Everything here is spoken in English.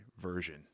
version